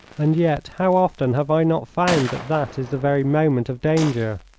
and yet how often have i not found that that is the very moment of danger?